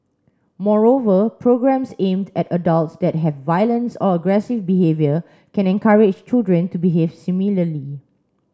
moreover programmes aimed at adults that have violence or aggressive behaviour can encourage children to behave similarly